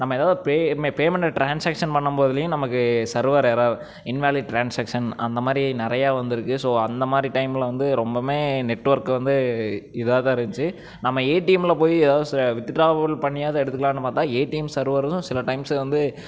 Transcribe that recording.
நம்ம ஏதாவது பெ பேமெண்ட்டை ட்ரான்ஸாக்ஷன் பண்ணுபோதுலேயும் நமக்கு சர்வர் எரர் இன்வேலிட் ட்ரான்ஸாக்ஷன் அந்த மாதிரி நிறைய வந்திருக்கு ஸோ அந்த மாதிரி டைமில் வந்து ரொம்பவுமே நெட் ஒர்க்கு வந்து இதாக தான் இருந்துச்சி நம்ம ஏடிஎம்யில் போய் ஏதாவது வித்ட்ராவல் பண்ணியாவது எடுத்துக்கலாம்ன்னு பார்த்தா ஏடிஎம் சர்வரும் சில டைம்ஸ்சு வந்து